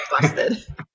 busted